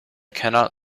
cannot